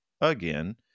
again